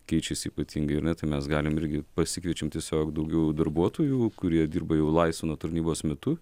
keičiasi ypatingai ar ne tai mes galim irgi pasikviečiam tiesiog daugiau darbuotojų kurie dirba jau laisvu nuo tarnybos metu